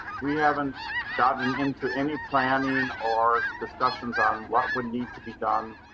we haven't gotten into any planning or discussions on what would need to be done